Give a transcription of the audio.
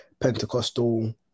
Pentecostal